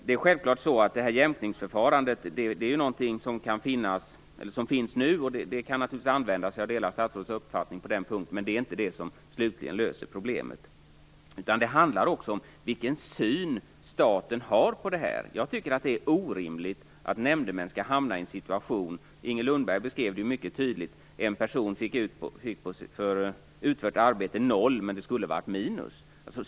Det är självklart så att det här jämkningsförfarandet finns nu, och det kan naturligtvis användas. Jag delar statsrådets uppfattning på den punkten. Men det är inte det som slutligen löser problemet, utan det handlar också om vilken syn staten har på detta. Jag tycker att det är orimligt att nämndemän skall hamna i en sådan situation som Inger Lundberg mycket tydligt beskrev. En person fick för utfört arbete 0 kr, men han skulle ha legat på minus.